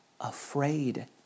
afraid